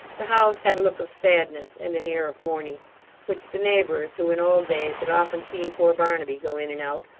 the house had a look of sadness and an air of mourning which the neighbours, who in old days had often seen poor barnaby go in and out,